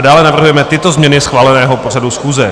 Dále navrhujeme tyto změny schváleného pořadu schůze: